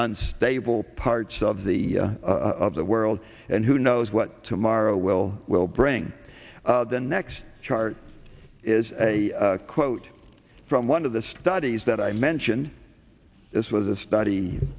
unstable parts of the of the world and who knows what tomorrow will will bring the next chart is a quote from one of the studies that i mentioned this was a study